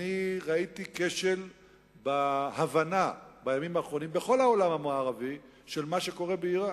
בימים האחרונים ראיתי כשל בהבנה בכל העולם המערבי של מה שקורה באירן.